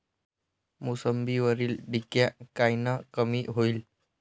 मोसंबीवरील डिक्या कायनं कमी होईल?